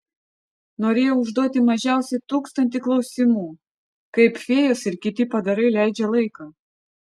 norėjau užduoti mažiausiai tūkstantį klausimų kaip fėjos ir kiti padarai leidžia laiką